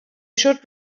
should